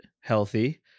healthy